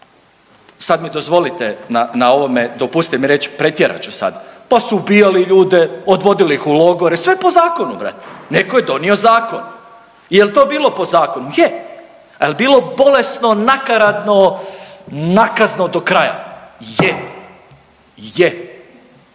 sad mi dozvolite na ovome, dopustite mi reći pretjerat ću sad, pa su ubijali ljude, odvodili ih u logore, sve po zakonu brate, neko je donio zakon. Jel to bilo po zakonu? Je. A jel bilo bolesno, nakaradno, nakazno do kraja? Je. Je.